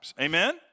Amen